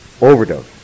overdose